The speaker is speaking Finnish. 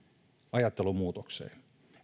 ajattelunmuutokseen että